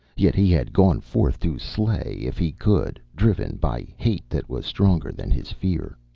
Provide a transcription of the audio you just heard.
yet he had gone forth to slay if he could, driven by hate that was stronger than his fear.